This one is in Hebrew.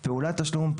"פעולת תשלום",